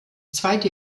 zweite